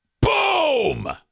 Boom